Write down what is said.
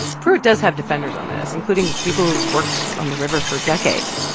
pruitt does have defenders on this, including people who've worked on the river for decades.